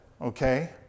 okay